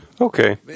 okay